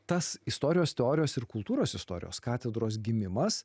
tas istorijos teorijos ir kultūros istorijos katedros gimimas